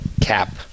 Cap